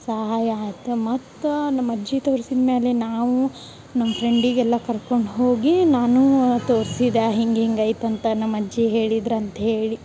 ಸಹಾಯ ಆತ ಮತ್ತು ನಮ್ಮಜ್ಜಿ ತೋರ್ಸಿದ್ಮ್ಯಾಲೆ ನಾವು ನಮ್ಮ ಫ್ರೆಂಡಿಗೆಲ್ಲ ಕರ್ಕೊಂಡು ಹೋಗಿ ನಾನು ತೋರ್ಸಿದೆ ಹಿಂಗ ಹಿಂಗ ಐತಂತ ನಮ್ಮಜ್ಜಿ ಹೇಳಿದ್ರಂತ ಹೇಳಿ